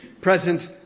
present